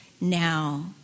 now